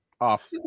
off